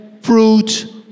fruit